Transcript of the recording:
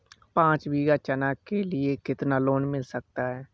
पाँच बीघा चना के लिए कितना लोन मिल सकता है?